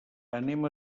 anem